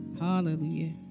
Hallelujah